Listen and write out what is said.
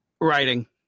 Writing